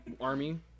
army